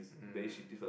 mm